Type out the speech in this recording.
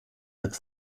wird